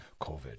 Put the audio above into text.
COVID